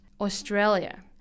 Australia